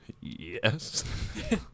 Yes